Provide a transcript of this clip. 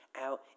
out